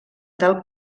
del